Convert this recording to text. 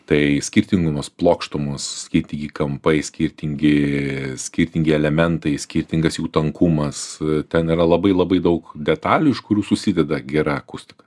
tai skirtingumos plokštumos skirtingi kampai skirtingi skirtingi elementai skirtingas jų tankumas ten yra labai labai daug detalių iš kurių susideda gera akustika